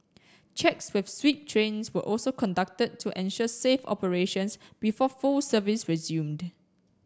checks with sweep trains were also conducted to ensure safe operations before full service resumed